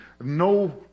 No